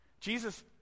Jesus